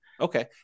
Okay